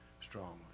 strongly